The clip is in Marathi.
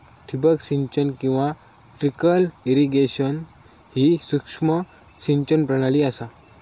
ठिबक सिंचन किंवा ट्रिकल इरिगेशन ही सूक्ष्म सिंचन प्रणाली असा